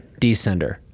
descender